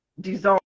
dissolve